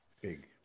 Big